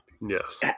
Yes